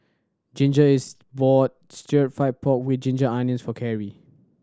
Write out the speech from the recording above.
Ginger is bought Stir Fried Pork With Ginger Onions for Karrie